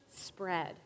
spread